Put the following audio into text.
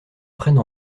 prenne